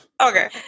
Okay